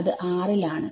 അത് ൽ ആണ്